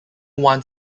one